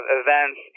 events